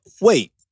Wait